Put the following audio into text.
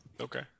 okay